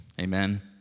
Amen